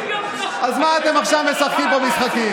זה חילול השם, אז מה אתם עכשיו משחקים פה משחקים?